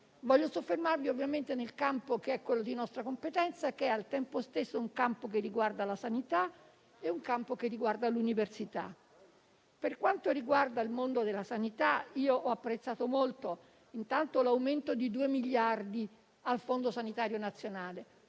Voglio soffermarmi, ovviamente, sul campo di nostra competenza, che è, al tempo stesso, un campo che riguarda la sanità ed uno che riguarda l'università. Per quanto riguarda il mondo della sanità, ho apprezzato molto l'aumento di due miliardi al fondo sanitario nazionale.